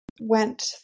went